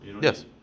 Yes